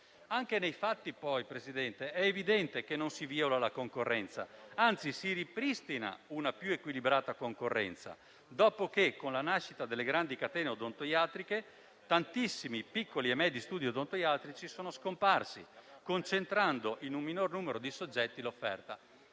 Anche nei fatti, Presidente, è evidente che non si viola la concorrenza; anzi, si ripristina una più equilibrata concorrenza dopo che, con la nascita delle grandi catene odontoiatriche, tantissimi piccoli e medi studi odontoiatrici sono scomparsi, concentrando l'offerta in un minor numero di soggetti.